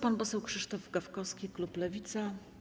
Pan poseł Krzysztof Gawkowski, klub Lewica.